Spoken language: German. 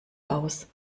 aus